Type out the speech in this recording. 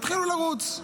תתחילו לרוץ.